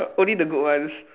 only the good ones